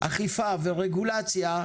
אכיפה ורגולציה,